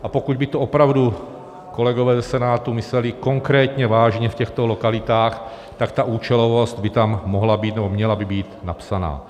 A pokud by to opravdu kolegové ze Senátu mysleli konkrétně vážně v těchto lokalitách, tak účelovost by tam mohla být nebo měla by být napsaná.